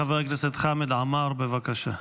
חבר הכנסת חמד עמאר, בבקשה,